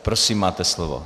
Prosím, máte slovo.